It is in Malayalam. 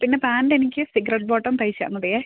പിന്നെ പാന്റെനിക്ക് സിഗറേറ്റ് ബോട്ടം തയ്ച്ചാൽ മതി